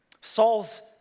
Saul's